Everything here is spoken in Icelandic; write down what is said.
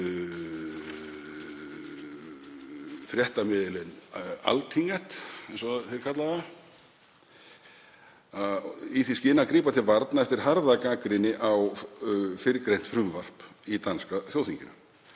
á fréttamiðilinn Altinget, eins og þeir kalla hann, í því skyni að grípa til varna eftir harða gagnrýni á fyrrgreint frumvarp í danska þjóðþinginu